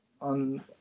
on